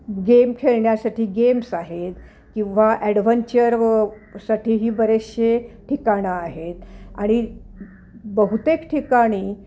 game खेळण्यासाठी games आहेत किंवा ॲडवंचर व साठी ही बरेचसे ठिकाणं आहेत आणि बहुतेक ठिकाणी